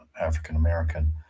african-american